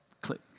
Click